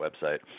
website